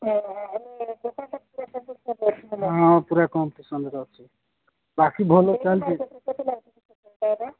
ହଁ ହଁ ଦୋକାନଟା ପୁରା କମ୍ପିଟିସନ୍ରେ ଅଛି ହଁ ପୁରା କମ୍ପିଟିସନ୍ରେ ଅଛି ବାକି ଭଲ ଚାଲିଛି